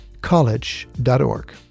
college.org